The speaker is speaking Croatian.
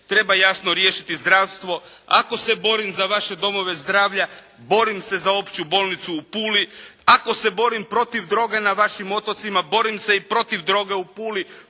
Treba jasno riješiti zdravstvo. Ako se borim za vaše domove zdravlja borim se za Opću bolnicu u Puli. Ako se borim protiv droge na vašim otocima borim se i protiv droge u Puli,